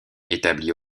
établis